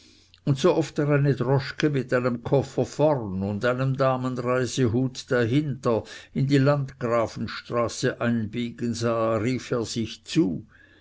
und sooft er eine droschke mit einem koffer vorn und einem damenreisehute dahinter in die landgrafenstraße einbiegen sah rief er sich zu